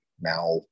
Now